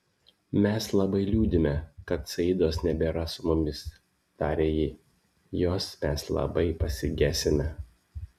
mes labai liūdime kad saidos nebėra su mumis tarė ji jos mes labai pasigesime